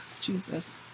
Jesus